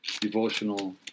devotional